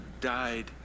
died